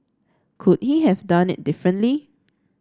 could he have done it differently